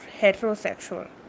heterosexual